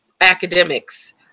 academics